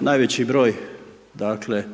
najveći broj dakle